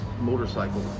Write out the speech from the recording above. motorcycle